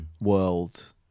world